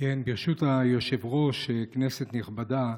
ברשות היושב-ראש, כנסת נכבדה,